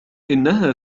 إنها